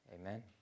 Amen